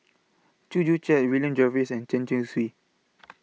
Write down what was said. Chew Joo Chiat William Jervois and Chen Chong Swee